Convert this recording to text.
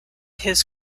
his